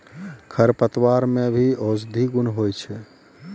खरपतवार मे भी औषद्धि गुण होय छै